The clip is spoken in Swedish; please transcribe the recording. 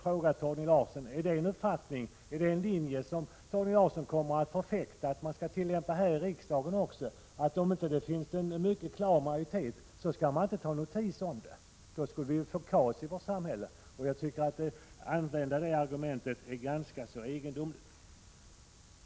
Om det inte finns en mycket klar majoritet skall man inte ta notis om resultatet, menade Torgny Larsson. Vill Torgny Larsson förfäkta att vi skall följa den linjen här i riksdagen också? Då kommer det ju att bli kaos i samhället. Jag tycker det argumentet är ganska egendomligt.